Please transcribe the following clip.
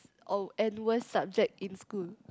or and worst subject in school